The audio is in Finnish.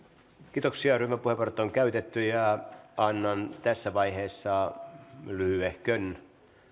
kiitoksia ryhmäpuheenvuorot on käytetty ja annan tässä vaiheessa lyhyehkön